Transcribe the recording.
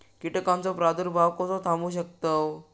कीटकांचो प्रादुर्भाव कसो थांबवू शकतव?